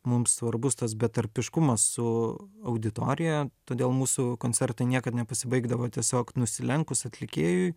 mums svarbus tas betarpiškumas su auditorija todėl mūsų koncertai niekad nepasibaigdavo tiesiog nusilenkus atlikėjui